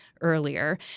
earlier